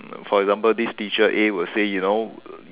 for example this teacher a will say you know